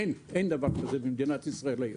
אין דבר כזה במדינת ישראל היום.